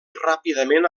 ràpidament